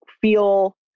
feel